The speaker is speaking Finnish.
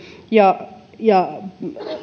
ja ja